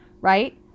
right